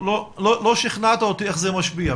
לא שכנעת אותי איך זה משפיע.